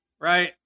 right